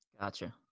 Gotcha